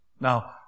Now